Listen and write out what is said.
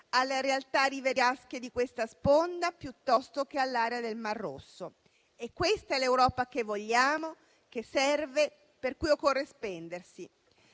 alle realtà rivierasche di questa sponda piuttosto che all'area del Mar Rosso. Questa è l'Europa che vogliamo, che serve, per cui occorre spendersi.